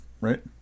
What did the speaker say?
Right